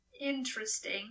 Interesting